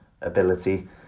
ability